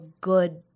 good